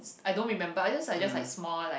I don't remember I just I just like small like